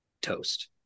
toast